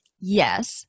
Yes